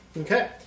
Okay